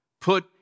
put